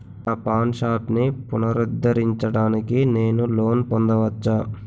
నా పాన్ షాప్ని పునరుద్ధరించడానికి నేను లోన్ పొందవచ్చా?